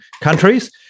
countries